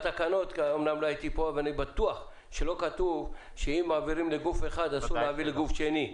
בתקנות אני בטוח שלא כתוב שאם מעבירים לגוף אחד אסור להעביר לגוף שני.